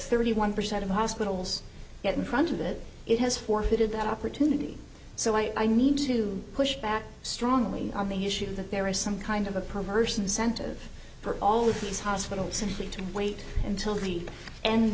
thirty one percent of hospitals get in front of it it has forfeited that opportunity so i need to push back strongly on the issue that there is some kind of a perverse incentive for all of these hospitals simply to wait until the end